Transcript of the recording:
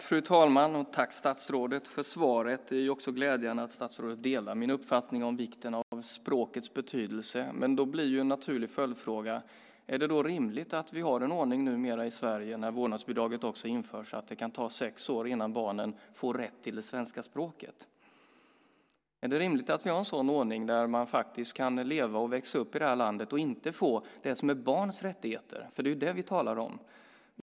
Fru talman! Tack, statsrådet, för svaret. Det är glädjande att statsrådet delar min uppfattning om språkets betydelse. Då blir en naturlig följdfråga: Är det rimligt att vi har en ordning numera i Sverige, där vårdnadsbidraget också införs, där det kan ta sex år innan barnen får rätt till det svenska språket? Är det rimligt att vi har en sådan ordning där man faktiskt kan leva och växa upp i det här landet och inte få det som är barns rättigheter? Det är det vi talar om.